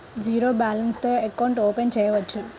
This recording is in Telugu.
జీరో బాలన్స్ తో అకౌంట్ ఓపెన్ చేయవచ్చు?